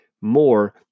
more